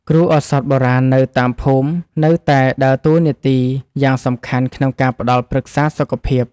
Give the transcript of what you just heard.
គ្រូឱសថបុរាណនៅតាមភូមិ នៅតែដើរតួនាទីយ៉ាងសំខាន់ក្នុងការផ្តល់ប្រឹក្សាសុខភាព។